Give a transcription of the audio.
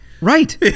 right